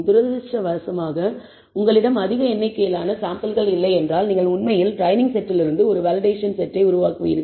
துரதிர்ஷ்டவசமாக உங்களிடம் அதிக எண்ணிக்கையிலான சாம்பிள்கள் இல்லையென்றால் நீங்கள் உண்மையில் ட்ரெய்னிங் செட்டிலிருந்து ஒரு வேலிடேஷன் செட்டை உருவாக்குவீர்கள்